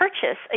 purchase